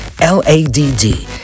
L-A-D-D